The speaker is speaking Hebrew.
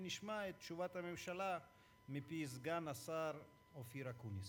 ונשמע את תשובת הממשלה מפי סגן השר אופיר אקוניס.